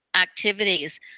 activities